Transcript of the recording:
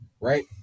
Right